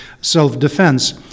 self-defense